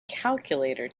calculator